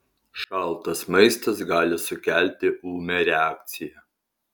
šaltas maistas gali sukelti ūmią reakciją